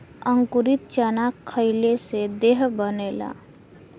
अंकुरित चना खईले से देह बनेला